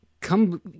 come